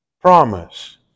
promise